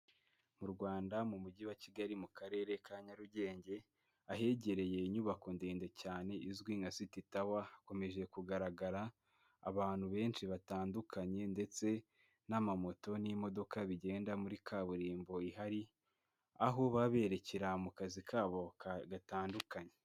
Mu rwanda mu mujyi wa kigali mu karere ka nyarugenge ahegereye inyubako ndende cyane izwi nka siti tawa hakomeje kugaragara abantu benshi batandukanye ndetse n'amamoto n'imodoka bigenda muri kaburimbo ihari aho ba berekera mu kazi kabo gatandukanye.